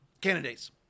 candidates